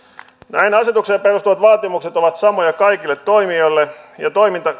näin asetukseen perustuvat vaatimukset ovat samoja kaikille toimijoille ja